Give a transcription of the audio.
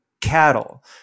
cattle